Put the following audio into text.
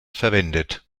verwendet